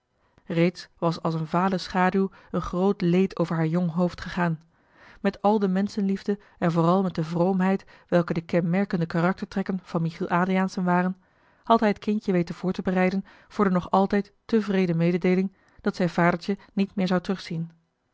reeds was als een vale schaduw een groot leed over haar jong hoofd gegaan met al de menschen liefde en vooral met de vroomheid welke de kenmerkende karaktertrekken van michiel adriaensen waren had hij het kindje weten voor te bereiden voor de nog altijd te wreede mededeeling dat zij vadertje niet meer zou terugzien